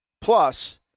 plus